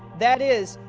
that is,